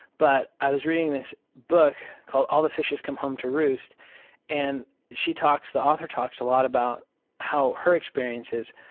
but i was reading this book called all the fishes come home to roost and she talks, the author talks a lot about how her experiences